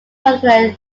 particularly